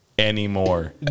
Anymore